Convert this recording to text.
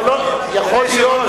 אבל כשהיום,